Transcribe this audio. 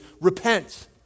repent